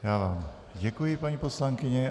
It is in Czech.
Já vám děkuji, paní poslankyně.